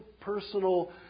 personal